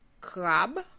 crab